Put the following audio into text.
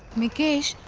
mikesh.